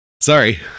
Sorry